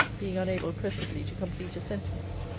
being unable presently to complete a sentence.